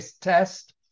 test